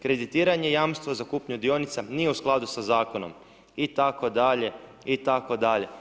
Kreditiranje i jamstvo za kupnju dionica nije u skladu sa Zakonom itd, itd.